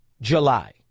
July